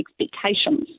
Expectations